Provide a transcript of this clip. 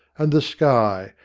and the sky,